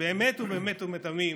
באמת ובאמת ובתמים,